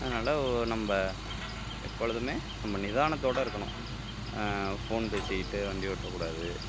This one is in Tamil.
அதனால் நம்ம எப்பொழுதும் நம்ம நிதானத்தோட இருக்கணும் ஃபோன் பேசிக்கிட்டு வண்டி ஓட்டக்கூடாது